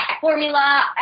formula